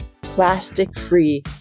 plastic-free